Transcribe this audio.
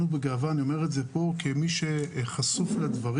ובגאווה אני אומר את זה פה כמי שחשוף לדברים